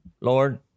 Lord